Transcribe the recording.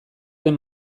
den